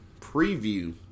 preview